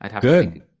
Good